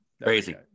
Crazy